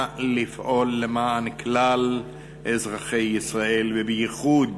לפעול למען כלל אזרחי ישראל ובייחוד